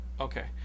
Okay